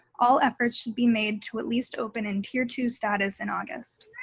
all efforts should be made to at least open in tier two status in august.